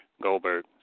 Goldberg